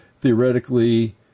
theoretically